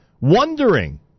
wondering